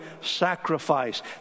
sacrifice